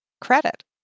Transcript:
credit